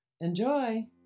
Enjoy